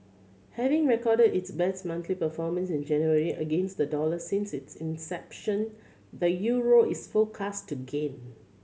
having recorded its best monthly performance in January against the dollar since its inception the euro is forecast to gain